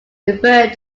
referred